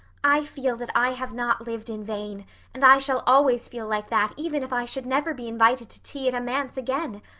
i feel that i have not lived in vain and i shall always feel like that even if i should never be invited to tea at a manse again.